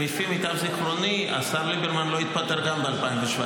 לפי מיטב זיכרוני גם השר ליברמן לא התפטר ב-2017,